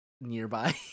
nearby